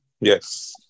Yes